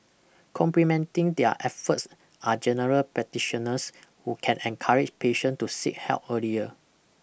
complementing their efforts are general practitioners who can encourage patient to seek help earlier